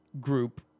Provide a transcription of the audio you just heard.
group